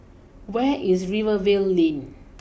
where is Rivervale Lane